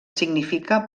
significa